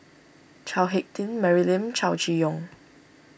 Chao Hick Tin Mary Lim Chow Chee Yong